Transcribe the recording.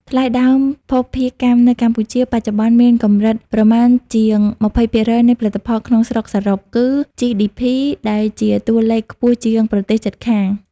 ថ្លៃដើមភស្តុភារកម្មនៅកម្ពុជាបច្ចុប្បន្ន មានកម្រិតប្រមាណជាង ២០% នៃផលិតផលក្នុងស្រុកសរុប (គឺ GDP) ដែលជាតួលេខខ្ពស់ជាងប្រទេសជិតខាង។